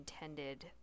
intended